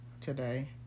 today